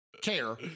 care